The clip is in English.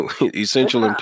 essential